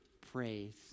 praise